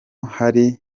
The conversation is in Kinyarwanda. hari